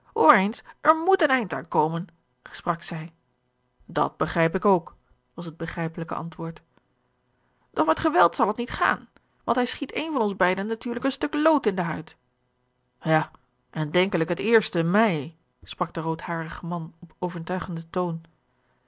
er moet een eind aan komen sprak zij george een ongeluksvogel dat begrijp ik ook was het begrijpelijke antwoord doch met geweld zal t niet gaan want hij schiet een van ons beide natuurlijk een stuk lood in de huid ja en denkelijk het eerste mij sprak de roodharige man op overtuigenden toon